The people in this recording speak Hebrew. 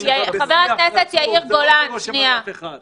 --- זה לא עושה רושם על אף אחד.